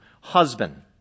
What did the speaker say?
Husband